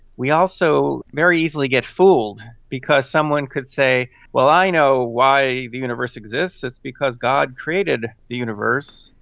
we also very easily get fooled, because someone could say, well, i know why the universe exists, it's because god created the universe.